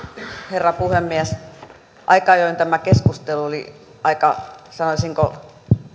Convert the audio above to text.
herra puhemies aika ajoin tämä keskustelu oli aika sanoisinko